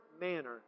manner